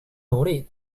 努力